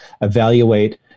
evaluate